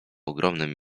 ogromnym